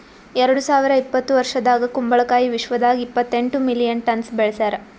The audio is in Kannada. ಎರಡು ಸಾವಿರ ಇಪ್ಪತ್ತು ವರ್ಷದಾಗ್ ಕುಂಬಳ ಕಾಯಿ ವಿಶ್ವದಾಗ್ ಇಪ್ಪತ್ತೆಂಟು ಮಿಲಿಯನ್ ಟನ್ಸ್ ಬೆಳಸ್ಯಾರ್